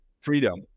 freedom